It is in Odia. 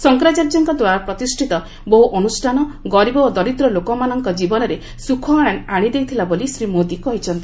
ଶଙ୍କରାଚାର୍ଯ୍ୟଙ୍କ ଦ୍ୱାରା ପ୍ରତିଷ୍ଠିତ ବହୁ ଅନୁଷ୍ଠାନ ଗରିବ ଓ ଦରିଦ୍ରଲୋମାନଙ୍କ କ୍ରୀବନରେ ସୁଖ ଆଣିଦେଇଥିଲା ବୋଲି ଶ୍ରୀ ମୋଦି କହିଛନ୍ତି